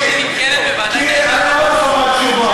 אני לא רוצה להוסיף לו זמן.